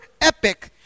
epic